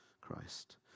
Christ